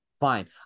Fine